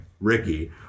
Ricky